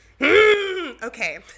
Okay